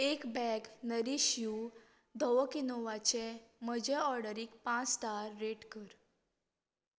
एक bag Nourish you धवो किनोवाचे म्हजे ऑर्डरीक पांच स्टार रॅट कर